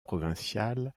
provinciale